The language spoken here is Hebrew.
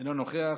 אינו נוכח,